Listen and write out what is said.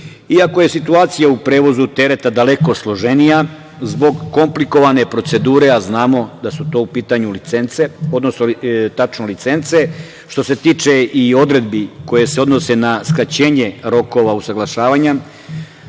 je situacija u prevozu tereta daleko složenija, zbog komplikovane procedure, a znamo da su to u pitanju licence, što se tiče i odredbi koje se odnose na skraćenje rokova usaglašavanja,